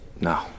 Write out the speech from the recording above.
No